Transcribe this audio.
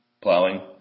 plowing